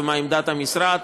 ומה עמדת המשרד.